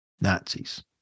Nazis